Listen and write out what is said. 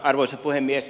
arvoisa puhemies